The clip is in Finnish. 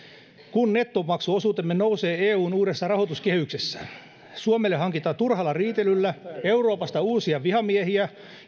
kun nettomaksuosuutemme nousee eun uudessa rahoituskehyksessä suomelle hankitaan turhalla riitelyllä euroopasta uusia vihamiehiä